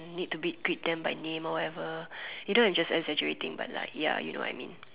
need to be greet them by name or whatever either its just exaggerating but like ya you know what I mean